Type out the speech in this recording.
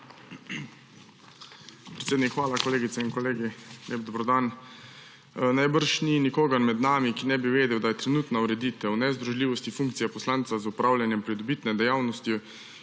hvala. Kolegice in kolegi, lep dober dan! Najbrž ni nikogar med nami, ki ne bi vedel, da je trenutna ureditev nezdružljivosti funkcije poslanca z opravljanjem pridobitne dejavnosti,